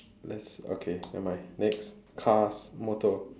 let's okay nevermind next cars motor